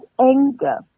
anger